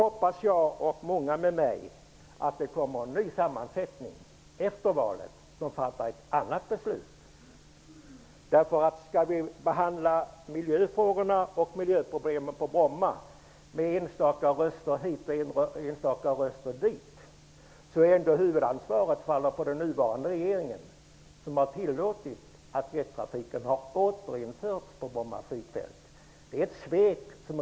Jag och många med mig hoppas att det kommer en ny mandatsammansättning som leder till att ett annat beslut kommer att kunna fattas. Även om miljöfrågorna och miljöproblemen på Bromma behandlas på det sätt som sker, med hjälp av enstaka röster hit och dit, faller ändå huvudansvaret på den nuvarande regeringen, som har tillåtit att jettrafiken har återinförts på Bromma flygfält.